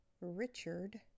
Richard